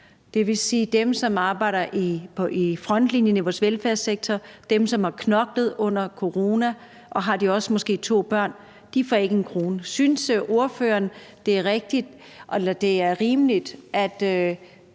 Det vil sige, at dem, som arbejder i frontlinjen i vores velfærdssektor, dem, som har knoklet under corona og måske også har to børn, ikke får en krone. Synes ordføreren, det er rimeligt, at